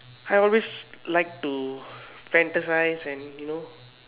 I always like to fantasise and you know